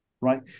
Right